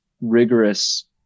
rigorous